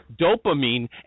dopamine